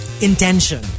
intention